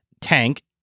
Tank